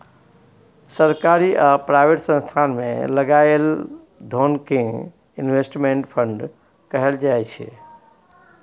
सरकारी आ प्राइवेट संस्थान मे लगाएल धोन कें इनवेस्टमेंट फंड कहल जाय छइ